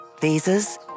Visas